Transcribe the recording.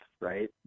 right